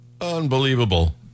unbelievable